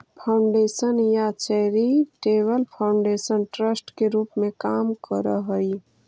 foundation या charitable foundation trust के रूप में काम करऽ हई